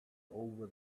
over